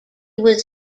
was